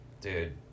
dude